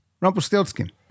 Rumpelstiltskin